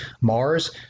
Mars